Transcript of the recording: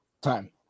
Time